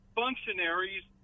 functionaries